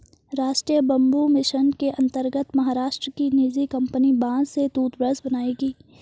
राष्ट्रीय bamboo mission के अंतर्गत महाराष्ट्र की निजी कंपनी बांस से टूथब्रश बनाएगी